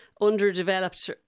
underdeveloped